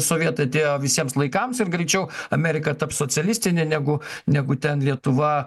sovietai atėjo visiems laikams ir greičiau amerika taps socialistinė negu negu ten lietuva